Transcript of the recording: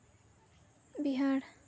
Bihar